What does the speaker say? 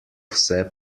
vse